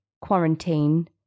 quarantine